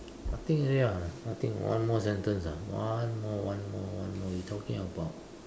nothing already ah nothing one more sentence ah one more one more one more you talking about